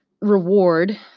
reward